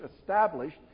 established